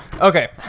Okay